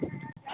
hello